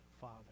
father